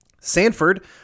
Sanford